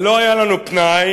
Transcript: "לא היה לנו פנאי",